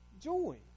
Joy